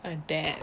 like that